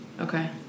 Okay